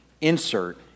insert